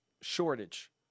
shortage